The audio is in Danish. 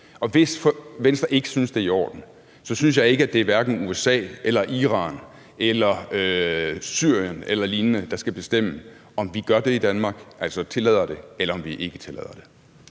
Og hvis Venstre ikke synes, det er i orden, så synes jeg, at det hverken er USA eller Iran eller Syrien eller lignende, der skal bestemme, om vi gør det i Danmark, altså tillader det, eller om vi ikke tillader det.